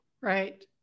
Right